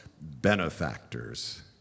benefactors